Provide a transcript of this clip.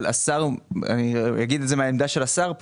אני אגיד את זה מהעמדה של השר.